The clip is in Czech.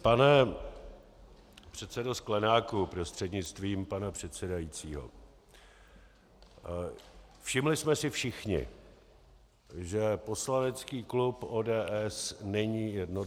Pane předsedo Sklenáku prostřednictvím pana předsedajícího, všimli jsme si všichni, že poslanecký klub ODS není jednotný.